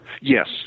Yes